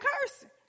cursing